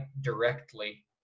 directly